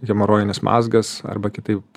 hemorojinis mazgas arba kitaip